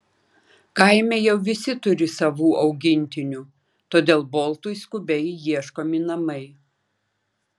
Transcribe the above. kaime jau visi turi savų augintinių todėl boltui skubiai ieškomi namai